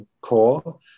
core